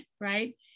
right